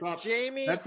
Jamie